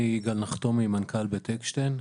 נחתומי, מנכ"ל בית אקשטיין,